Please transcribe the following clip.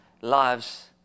lives